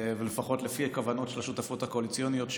ולפחות לפי הכוונות של השותפות הקואליציוניות,